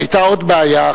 היתה עוד בעיה,